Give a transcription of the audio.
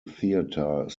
theatre